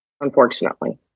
unfortunately